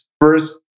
first